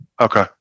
Okay